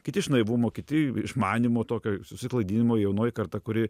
kiti iš naivumo kiti iš manymo tokio susiklaidinimo jaunoji karta kuri